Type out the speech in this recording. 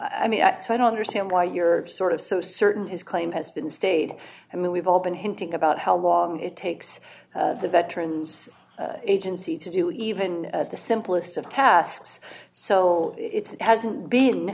i mean i don't understand why you're sort of so certain his claim has been stayed i mean we've all been hinting about how long it takes the veterans agency to do even the simplest of tasks so it's hasn't been